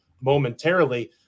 momentarily